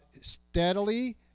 steadily